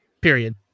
Period